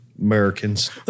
Americans